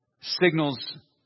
signals